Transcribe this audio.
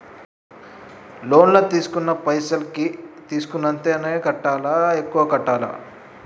Loan లా తీస్కున్న పైసల్ కి తీస్కున్నంతనే కట్టాలా? ఎక్కువ కట్టాలా?